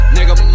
Nigga